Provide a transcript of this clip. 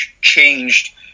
changed